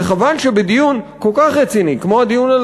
וחבל שבדיון כל כך רציני כמו הדיון על